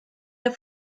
der